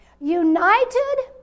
united